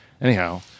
anyhow